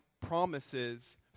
promises